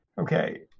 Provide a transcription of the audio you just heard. Okay